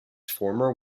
former